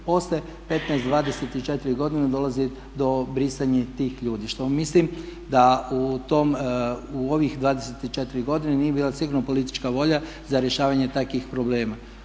poslije 15-24 godine dolazi do brisanja tih ljudi što mislim da u ovih 24 godine nije bila sigurno politička volja za rješavanje takvih problema